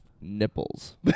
nipples